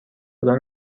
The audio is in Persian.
خدا